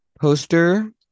poster